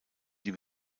die